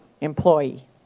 employee